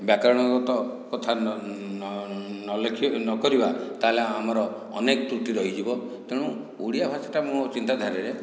ବ୍ୟାକରଣଗତ କଥା ନଲେଖି ନ କରିବା ତା'ହେଲେ ଆମର ଅନେକ ତ୍ରୁଟି ରହିଯିବ ତେଣୁ ଓଡ଼ିଆ ଭାଷାଟା ମୋ ଚିନ୍ତାଧାରାରେ